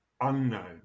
unknown